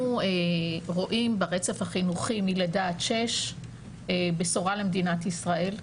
רואים ברצף החינוכי מלידה עד שש בשורה למדינת ישראל.